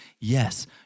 Yes